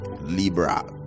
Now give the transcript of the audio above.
Libra